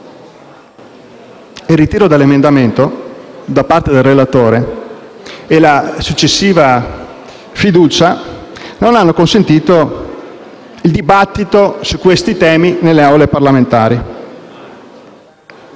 Il ritiro dell'emendamento da parte del relatore e la successiva fiducia non hanno consentito il dibattito su questi temi nelle Aule parlamentari.